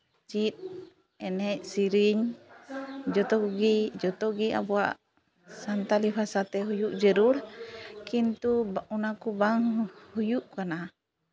ᱪᱮᱫ ᱮᱱᱮᱡ ᱥᱮᱨᱮᱧ ᱡᱚᱛᱚ ᱠᱚᱜᱮ ᱡᱚᱛᱚᱜᱮ ᱟᱵᱚᱣᱟᱜ ᱥᱟᱱᱛᱟᱞᱤ ᱵᱷᱟᱥᱟᱛᱮ ᱦᱩᱭᱩᱜ ᱡᱟᱹᱨᱩᱲ ᱠᱤᱱᱛᱩ ᱚᱱᱟᱠᱩ ᱵᱟᱝ ᱦᱩᱭᱩᱜ ᱠᱟᱱᱟ